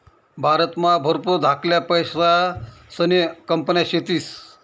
भारतमा भरपूर धाकल्या पैसासन्या कंपन्या शेतीस